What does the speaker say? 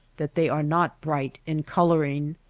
that they are not bright in coloring.